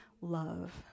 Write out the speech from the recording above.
love